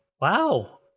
Wow